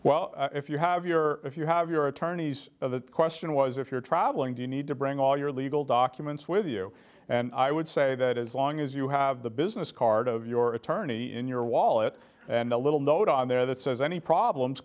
well if you have your if you have your attorneys the question was if you're traveling do you need to bring all your legal documents with you and i would say that as long as you have the business card of your attorney in your wallet and a little note on there that says any problems